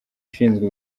ushinzwe